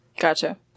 gotcha